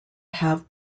have